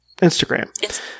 Instagram